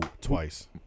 twice